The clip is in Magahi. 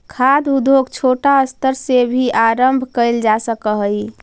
खाद्य उद्योग छोटा स्तर से भी आरंभ कैल जा सक हइ